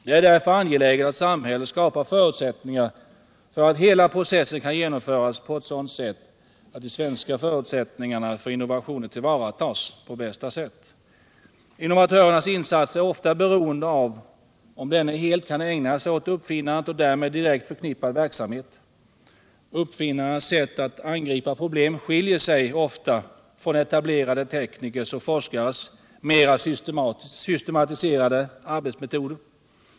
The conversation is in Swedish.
Det är därför angeläget att samhället skapar förutsättningar för att hela processen kan genomföras på ett sådant sätt att de svenska möjligheterna till innovationer tillvaratages på bästa sätt. Dessa människors insatser är ofta beroende av om de helt kan ägna sig åt uppfinnandet och därmed direkt förknippad verksamhet. Uppfinnares sätt att angripa problem skiljer sig ofta från etablerade teknikers och forskares mera systematiserade arbetsmetoder.